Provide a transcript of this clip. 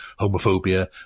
homophobia